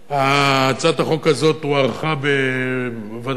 הצעת החוק הזאת הוערכה בוועדת העבודה